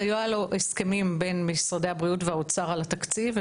אלה היו הסכמים בין משרדי הבריאות והאוצר על התקציב.